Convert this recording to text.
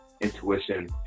intuition